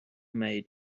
maid